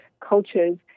cultures